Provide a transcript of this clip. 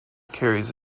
carries